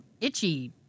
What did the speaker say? itchy